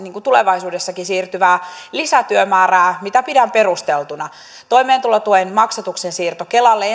tulevaisuudessakin siirtyvää lisätyömäärää mitä pidän perusteltuna toimeentulotuen maksatuksen siirto kelalle